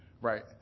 right